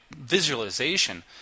visualization